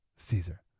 Caesar